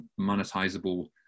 monetizable